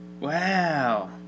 Wow